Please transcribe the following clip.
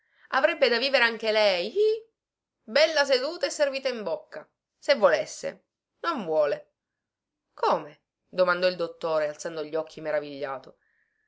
avrebbe da vivere anche lei ih bella seduta e servita in bocca se volesse non vuole come domandò il dottore alzando gli occhi meravigliato